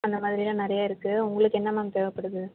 அந்த மாதிரியெலாம் நிறைய இருக்குது உங்களுக்கு என்ன மேம் தேவைப்படுது